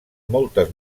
moltes